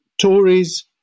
Tories